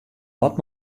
dat